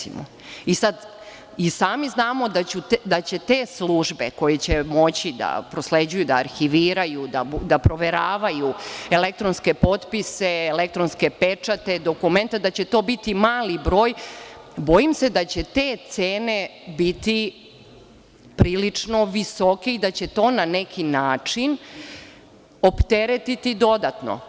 I sami znamo da će te službe koje će moći da prosleđuju, da arhiviraju, da proveravaju elektronske potpise, elektronske pečate, dokumenta, da će to biti mali broj i bojim se da će te cene biti prilično visoke i da će to na neki način opteretiti dodatno.